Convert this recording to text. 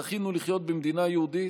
זכינו לחיות במדינה היהודית,